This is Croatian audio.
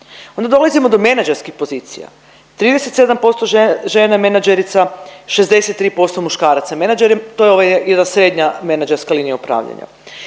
Onda dolazimo do menadžerskih pozicija, 37% žena menadžerica, 63% muškaraca menadžera, to je ova jedna srednja menadžerska linija upravljanja.